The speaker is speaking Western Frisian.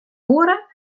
oere